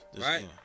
right